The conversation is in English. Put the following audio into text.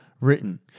written